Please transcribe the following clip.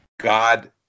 God